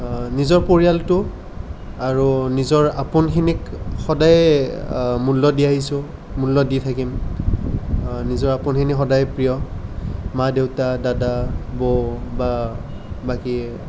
নিজৰ পৰিয়ালটো আৰু নিজৰ আপোনখিনিক সদায়ে মূল্য দি আহিছোঁ মূল্য দি থাকিম নিজৰ আপোনখিনি সদায় প্ৰিয় মা দেউতা দাদা বৌ বা বাকী